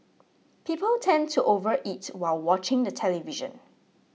people tend to overeat while watching the television